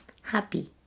happy